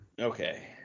Okay